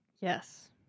Yes